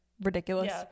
ridiculous